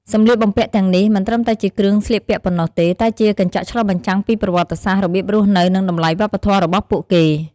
សម្លៀកបំពាក់ទាំងនេះមិនត្រឹមតែជាគ្រឿងស្លៀកពាក់ប៉ុណ្ណោះទេ តែជាកញ្ចក់ឆ្លុះបញ្ចាំងពីប្រវត្តិសាស្ត្រ របៀបរស់នៅ និងតម្លៃវប្បធម៌របស់ពួកគេ។